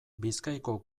bizkaiko